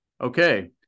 okay